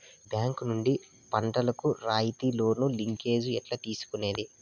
Bank నుండి పంటలు కు రాయితీ లోను, లింకేజస్ ఎట్లా తీసుకొనేది?